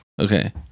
Okay